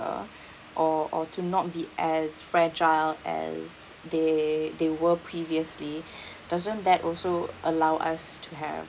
or or or to not be as fragile as they they were previously doesn't that also allow us to have